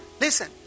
Listen